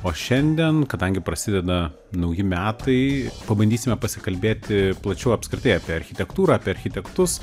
o šiandien kadangi prasideda nauji metai pabandysime pasikalbėti plačiau apskritai apie architektūrą apie architektus